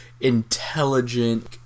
intelligent